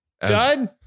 Done